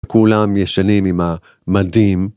כולם ישנים עם המדים.